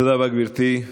תודה רבה, גברתי.